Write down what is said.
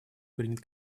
принят